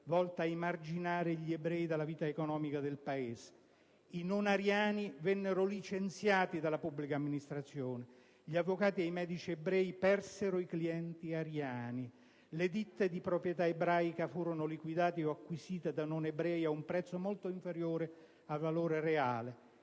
volta ad emarginare gli ebrei della vita economica del Paese. I non ariani vennero licenziati dalla pubblica amministrazione; gli avvocati e i medici ebrei persero i clienti ariani; le ditte di proprietà ebraica furono liquidate o acquisite da non ebrei ad un prezzo molto inferiore al valore reale.